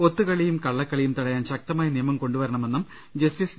ഒത്തുകളിയും കള്ളക്കളിയും തുടയാൻ ശ്ക്തമായ നിയമം കൊണ്ടുവരണമെന്നും ജസ്റ്റിസ് വി